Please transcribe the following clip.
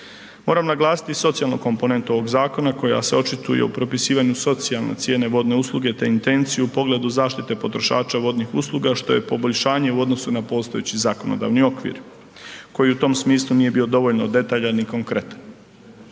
Moram naglasiti socijalnu komponentu ovog zakona koja se očituje u propisivanju socijalne cijene vodne usluge, te intenciju u pogledu zaštite potrošača vodnih usluga, što je poboljšanje u odnosu na postojeći zakonodavni okvir koji u tom smislu nije bio dovoljno detaljan i konkretan.